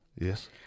Yes